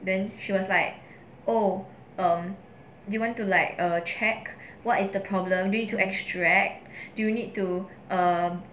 then she was like oh um do you want to like err a check what is the problem need to extract do you need to do um